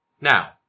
Now